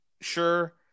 Sure